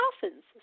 dolphins